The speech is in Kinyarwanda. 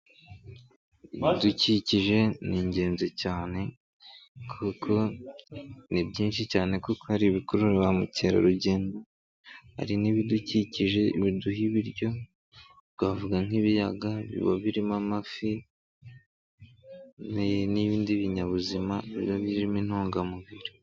Ibidukikije ni ingenzi cyane, kuko ni byinshi cyane kuko hari ibikurura ba mukerarugendo. Hari n'ibidukikije biduha ibiryo, twavuga nk'ibiyaga biba birimo amafi, n'ibindi binyabuzima biba birimo intungamubiri.